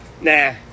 Nah